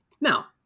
Now